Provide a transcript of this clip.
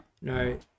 no